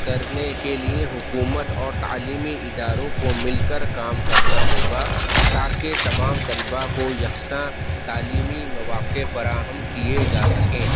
کرنے کے لیے حکومت اور تعلیمی اداروں کو مل کر کام کرنا ہوگا تاکہ تمام طلباء کو یکساں تعلیمی مواقع فراہم کیے جا سکیں